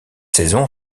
saison